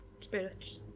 Spirits